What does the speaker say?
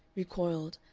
recoiled,